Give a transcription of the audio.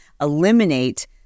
eliminate